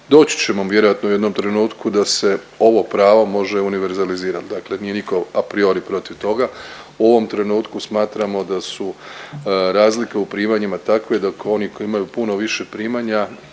doći ćemo vjerojatno u jednom trenutku da se ovo pravo može univerzalizirat, dakle nije niko apriori protiv toga. U ovom trenutku smatramo da su razlike u primanjima takve, dok oni koji imaju puno više primanja